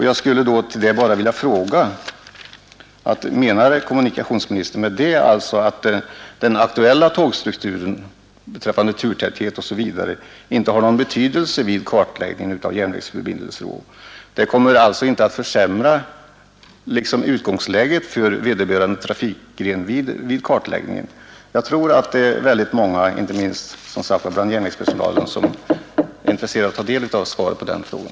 Jag skulle med anledning därav bara vilja fråga: Menar kommunikationsministern med det att den aktuella tågstrukturen beträffande turtäthet osv. inte har någon betydelse vid kartläggningen av järnvägsförbindelser, och att den alltså inte kommer att försämra utgångsläget för vederbörande trafikgren vid kartläggningen? Jag tror att det finns många, inte minst bland järnvägspersonalen, som är intresserade av att ta del av svaret på den frågan.